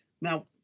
Now